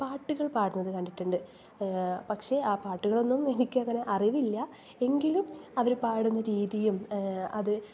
പാട്ടുകൾ പാടുന്നത് കണ്ടിട്ടുണ്ട് പക്ഷെ ആ പാട്ടുകളൊന്നും എനിക്കങ്ങനെ അറിവില്ല എങ്കിലും അവർ പാടുന്ന രീതിയും അത്